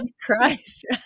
Christ